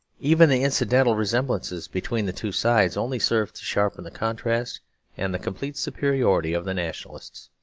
even the incidental resemblances between the two sides only served to sharpen the contrast and the complete superiority of the nationalists.